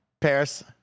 Paris